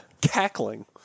Cackling